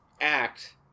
act